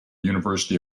university